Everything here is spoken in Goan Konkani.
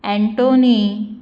एंटोनी